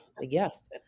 yes